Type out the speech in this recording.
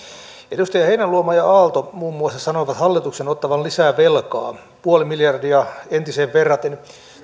edustajat heinäluoma ja aalto muun muassa sanoivat hallituksen ottavan lisää velkaa nolla pilkku viisi miljardia entiseen verraten